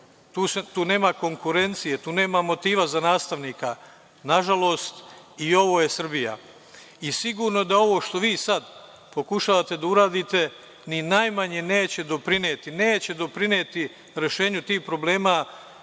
Tu nema konkurencije, tu nema motiva za nastavnika. Nažalost, i ovo je Srbija. Sigurno da ovo što vi sad pokušavate da uradite ni najmanje neće doprineti rešenju tih problema,